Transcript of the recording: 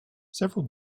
several